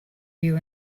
you